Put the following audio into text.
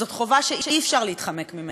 זו חובה שאי-אפשר להתחמק ממנה,